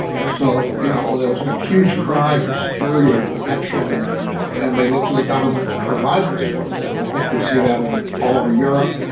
and so you know there was a huge cry for security and protection and they looked to the government to provide this for the. and i think we see that and all over europe,